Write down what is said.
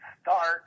start